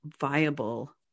viable